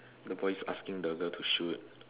the boy is asking the girl to shoot